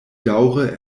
daŭre